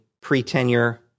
pre-tenure